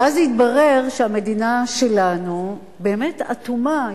ואז התברר שהמדינה שלנו באמת אטומה.